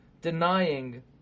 denying